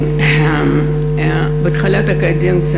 בתחילת הקדנציה